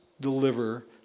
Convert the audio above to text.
deliver